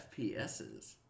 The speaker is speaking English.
FPSs